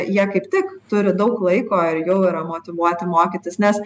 jie kaip tik turi daug laiko ir jau yra motyvuoti mokytis nes